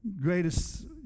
greatest